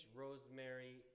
rosemary